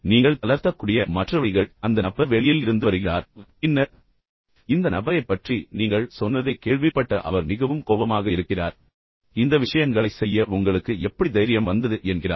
நீங்கள் தளர்த்தக்கூடிய மற்ற வழிகள் அந்த நபர் வெளியில் இருந்து வருகிறார் பின்னர் இந்த நபரைப் பற்றி நீங்கள் சொன்ன ஒன்றைப் பற்றி கேள்விப்பட்ட அவர் மிகவும் கோபமாக இருக்கிறார் பின்னர் அவர் வந்து மேலும் உங்களைப் பார்த்து கத்துகிறார் பின்னர் இந்த விஷயங்களைச் செய்ய உங்களுக்கு எப்படி தைரியம் வந்தது என்று கேட்கிறார்